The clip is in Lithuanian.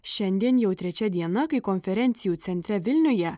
šiandien jau trečia diena kai konferencijų centre vilniuje